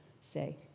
say